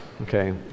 Okay